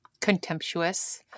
contemptuous